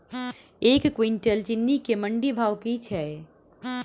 एक कुनटल चीनी केँ मंडी भाउ की छै?